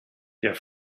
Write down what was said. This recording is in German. der